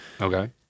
Okay